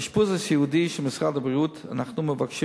באשפוז הסיעודי של משרד הבריאות אנחנו מבקשים